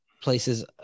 places